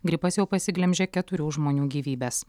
gripas jau pasiglemžė keturių žmonių gyvybes